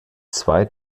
zwei